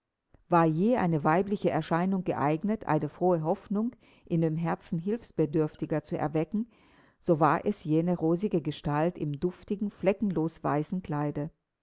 war je eine weibliche erscheinung geeignet eine frohe hoffnung in dem herzen hilfsbedürftiger zu erwecken so war es jene rosige gestalt im duftigen fleckenlos weißen kleide